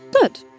good